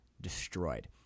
destroyed